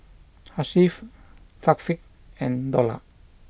Hasif Thaqif and Dollah